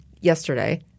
yesterday